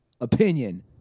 opinion